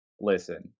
listen